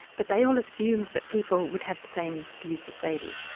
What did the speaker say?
but they all assumed that people would have the same views that they did.